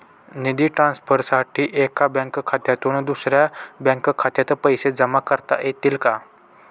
निधी ट्रान्सफरसाठी एका बँक खात्यातून दुसऱ्या बँक खात्यात पैसे जमा करता येतील का?